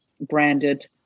branded